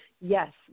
yes